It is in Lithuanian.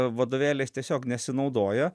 vadovėliais tiesiog nesinaudoja